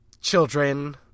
children